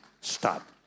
Stop